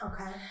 okay